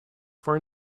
for